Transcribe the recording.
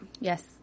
Yes